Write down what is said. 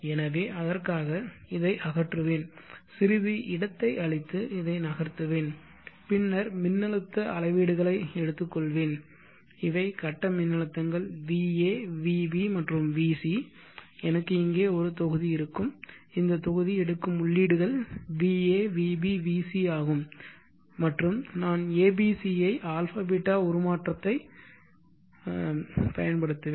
எனவே அதற்காக இதை அகற்றுவேன் சிறிது இடத்தை அழித்து இதை நகர்த்துவேன் பின்னர் மின்னழுத்த அளவீடுகளை எடுத்துக்கொள்வேன் இவை கட்ட மின்னழுத்தங்கள் va vb மற்றும் vc எனக்கு இங்கே ஒரு தொகுதி இருக்கும் இந்த தொகுதி எடுக்கும் உள்ளீடுகள் va vb vc ஆகும் மற்றும் நான் abc ஐ αß உருமாற்றத்தை பயன்படுத்துவேன்